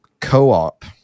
co-op